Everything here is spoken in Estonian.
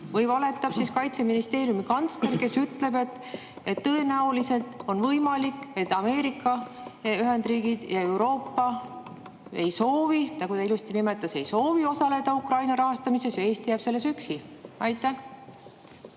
või valetab Kaitseministeeriumi kantsler, kes ütleb, et tõenäoliselt on võimalik, et Ameerika Ühendriigid ja Euroopa ei soovi – ta kohe ilusti nimetas: ei soovi – osaleda Ukraina rahastamises ja Eesti jääb selles üksi? Aitäh!